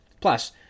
Plus